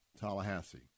Tallahassee